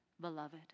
beloved